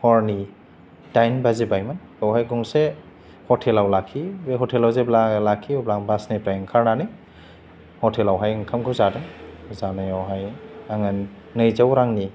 हरनि दाइन बाजिबायमोन बावहाय गंसे हटेलआव लाखियो बे हटेलयाव जेब्ला लाखियो अब्ला आङो बासनिफ्राय ओंखारनानै हटेलावहाय ओंखामखौ जादों जानायावहाय आङो नैजौ रांनि